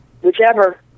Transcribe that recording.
Whichever